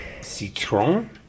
Citron